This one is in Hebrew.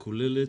הכוללת,